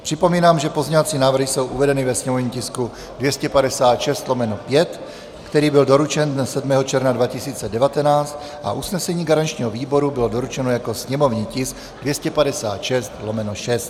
Připomínám, že pozměňování návrhy jsou uvedeny ve sněmovním tisku 256/5, který byl doručen dne 7. června 2019, a usnesení garančního výboru bylo doručeno jako sněmovní tisk 256/6.